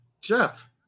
Jeff